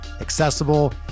accessible